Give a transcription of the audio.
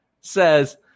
says